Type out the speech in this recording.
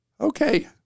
Okay